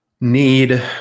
need